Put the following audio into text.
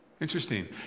Interesting